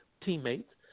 teammates